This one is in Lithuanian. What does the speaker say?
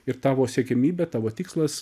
ir tavo siekiamybė tavo tikslas